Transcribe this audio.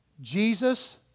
Jesus